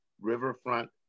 riverfront